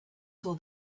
saw